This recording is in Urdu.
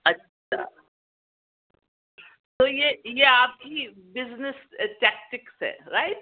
اچھا تو یہ یہ تو آپ کی بزنس ٹیکٹکس ہے رائٹ